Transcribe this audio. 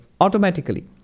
automatically